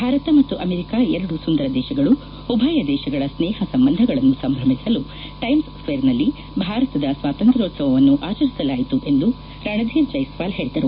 ಭಾರತ ಮತ್ತು ಅಮೆರಿಕಾ ಎರಡು ಸುಂದರ ದೇತಗಳು ಉಭಯ ದೇಶಗಳ ಸ್ನೇಹ ಸಂಬಂಧಗಳನ್ನು ಸಂಭ್ರಮಿಸಲು ಟೈಮ್ಸ್ ಸ್ನೇರ್ನಲ್ಲಿ ಭಾರತದ ಸ್ವಾತಂತ್ರ್ಕೋತ್ಸವವನ್ನು ಆಚರಿಸಲಾಯಿತು ಎಂದು ರಣಧೀರ್ ಜೈಸ್ವಾಲ್ ಹೇಳಿದರು